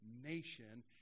nation